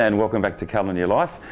and welcome back to colour in your life.